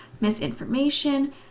misinformation